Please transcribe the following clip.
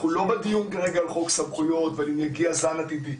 אנחנו לא בדיון כרגע על חוק סמכויות ואם יגיע זן ה-DBD.